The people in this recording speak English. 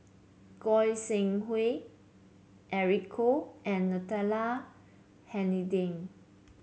Goi Seng Hui Eric Khoo and Natalie Hennedige